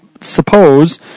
suppose